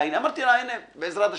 אמרתי: בעזרת השם,